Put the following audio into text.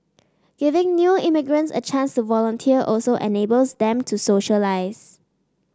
giving new immigrants a chance to volunteer also enables them to socialize